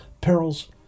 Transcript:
perils